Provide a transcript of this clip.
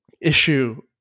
issue